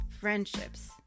friendships